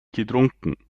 getrunken